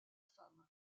femme